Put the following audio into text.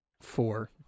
Four